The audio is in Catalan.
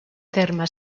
terme